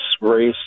race